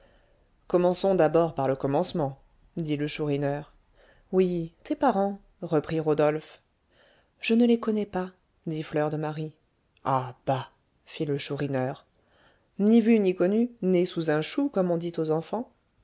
commençons d'abord par le commencement dit le chourineur oui tes parents reprit rodolphe je ne les connais pas dit fleur de marie ah bah fit le chourineur ni vus ni connus née sous un chou comme on dit aux enfants